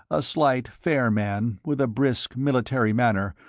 a slight, fair man with a brisk, military manner,